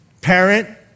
parent